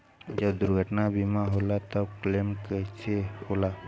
जब दुर्घटना बीमा होला त क्लेम कईसे होला?